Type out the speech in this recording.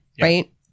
right